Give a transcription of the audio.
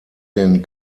den